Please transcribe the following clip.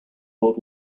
world